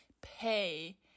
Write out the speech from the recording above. pay